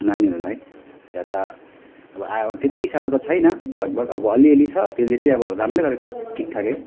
नानीहरूलाई वा त अब आयो त्यति साह्रो त छैन लगभग अब अलि अलि छ त्यसले चाहिँ अब राम्रै गरेको छ ठिक ठाकै